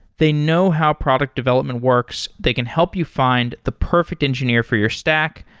they know how product development works. they can help you find the perfect engineer for your stack,